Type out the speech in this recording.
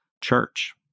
church